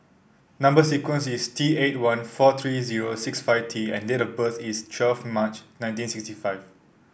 number sequence is T eighty one four three zero sixt five T and date of birth is twelve March nineteen sixty five